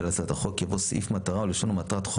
ההצעה שלך היא שבאותו סעיף יהיה לנו רק בפרסום לציבור